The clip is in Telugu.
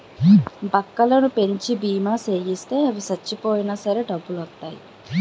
బక్కలను పెంచి బీమా సేయిత్తే అవి సచ్చిపోయినా సరే డబ్బులొత్తాయి